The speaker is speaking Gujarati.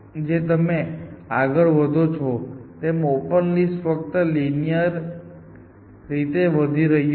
જેમ તમે આગળ વધો છો તેમ ઓપન લિસ્ટ ફક્ત લિનીઅર રીતે વધી રહ્યું છે